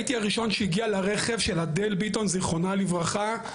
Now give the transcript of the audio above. הייתי הראשון שהגיע לרכב של אדל ביטון זיכרונה לברכה,